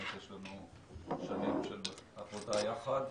באמת יש לנו שנים של עבודה יחד.